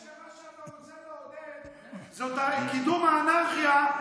מה שאתה רוצה לעודד זה את קידום האנרכיה,